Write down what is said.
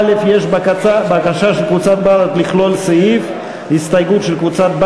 32, סדרת הסתייגויות.